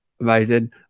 Amazing